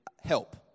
help